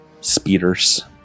speeders